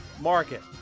market